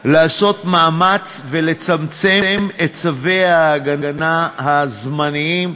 לעשות מאמץ ולצמצם את צווי ההגנה הזמניים.